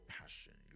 passion